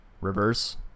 reverse